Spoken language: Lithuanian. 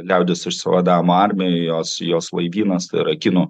liaudies išsivadavimo armijos jos laivynas yra kinų